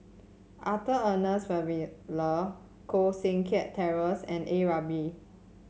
Arthur Ernest Koh Seng Kiat Terence and A Ramli